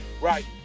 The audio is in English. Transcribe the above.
Right